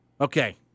Okay